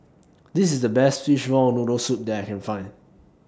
This IS The Best Fishball Noodle Soup that I Can Find